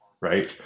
right